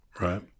Right